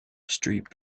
street